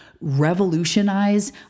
revolutionize